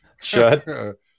shut